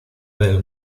del